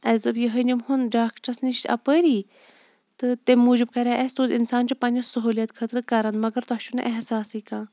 اَسہِ دوٚپ یِہے نِمہٕ ہون ڈاکٹرس نِش اَپٲری تہٕ تمہِ موٗجوٗب کَرِہا اَسہِ سُہ اِنسان چھُ پَننہِ سہوٗلِیَت خٲطرٕ کَرَن مَگَر تۄہہِ چھو نہٕ احساسٕے کانٛہہ